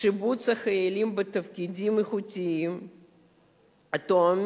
שיבוץ חיילים בתפקידים איכותיים התואמים